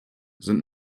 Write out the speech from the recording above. sind